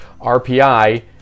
RPI